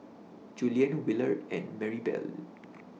Julien Willard and Marybelle